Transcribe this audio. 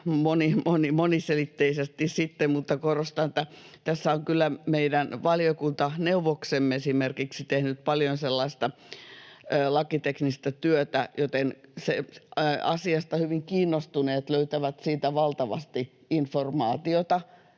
moniselitteisesti sitten, mutta korostan, että tässä on kyllä meidän valiokuntaneuvoksemme esimerkiksi tehnyt paljon sellaista lakiteknistä työtä, joten asiasta hyvin kiinnostuneet löytävät siitä valtavasti informaatiota,